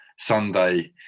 sunday